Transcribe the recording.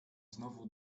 znowu